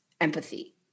empathy